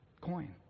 coin